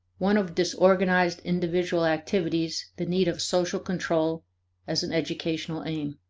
one of disorganized individual activities the need of social control as an educational aim.